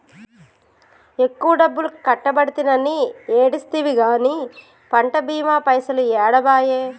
ఎక్కువ డబ్బులు కట్టబడితినని ఏడిస్తివి గాని పంట బీమా పైసలు ఏడబాయే